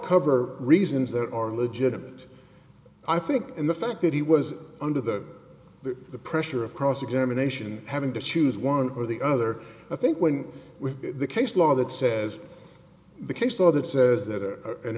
cover reasons that are legitimate i think and the fact that he was under the the pressure of cross examination having to choose one or the other i think when with the case law that says the case law that says that